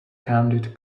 candid